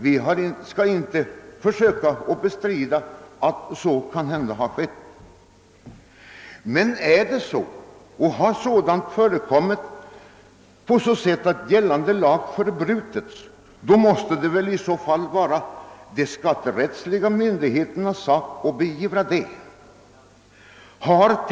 Vi skall inte försöka bestrida att så kanhända har skett. Om det förekommit på ett sådant sätt att gällande lag brutits, måste det väl dock vara de skatterättsliga myndigheternas sak att beivra detta.